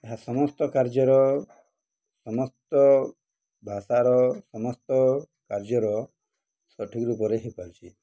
ଏହା ସମସ୍ତ କାର୍ଯ୍ୟର ସମସ୍ତ ଭାଷାର ସମସ୍ତ କାର୍ଯ୍ୟର ସଠିକ୍ ରୂପରେ ହୋଇପାରୁଛି